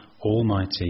Almighty